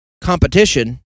competition